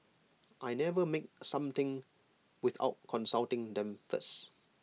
I never make something without consulting them first